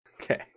Okay